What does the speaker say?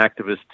activist